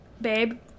babe